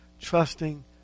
trusting